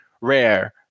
rare